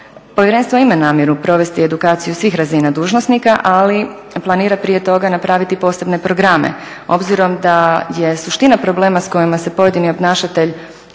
Povjerenstvo ima namjeru provesti edukaciju svih razina dužnosnika, ali planira prije toga napraviti posebne programe obzirom da je suština problema s kojima se pojedini obnašatelj